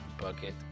Bucket